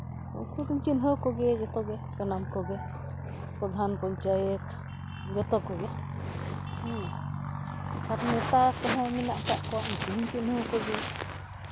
ᱩᱱᱠᱩ ᱫᱚᱹᱧ ᱪᱤᱱᱦᱟᱹᱣ ᱠᱚᱜᱮᱭᱟ ᱥᱟᱱᱟᱢ ᱠᱚᱜᱮ ᱯᱨᱚᱫᱷᱟᱱ ᱯᱚᱧᱪᱟᱭᱮᱛ ᱡᱚᱛᱚ ᱠᱚᱜᱮ ᱟᱨ ᱱᱮᱛᱟ ᱠᱚᱦᱚᱸ ᱢᱮᱱᱟᱜ ᱠᱟᱜ ᱠᱚᱣᱟ ᱩᱱᱠᱩ ᱦᱚᱸᱧ ᱪᱤᱱᱦᱟᱹᱣ ᱠᱚᱜᱮᱭᱟ